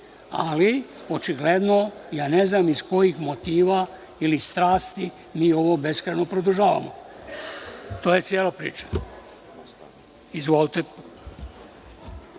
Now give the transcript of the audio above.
ali očigledno ja ne znam iz kojih motiva ili strasti mi ovo beskrajno produžavamo. To je cela priča. Izvolite.